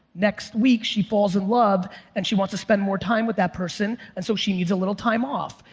next week she falls in love and she wants to spend more time with that person and so she needs a little time off.